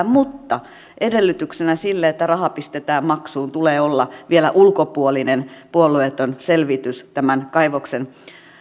mutta edellytyksenä sille että raha pistetään maksuun tulee olla vielä ulkopuolinen puolueeton selvitys tämän kaivoksen